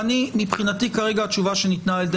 מבחינתי כרגע התשובה שניתנה על ידי